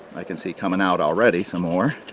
i can see coming out already some more